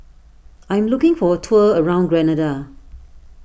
I am looking for a tour around Grenada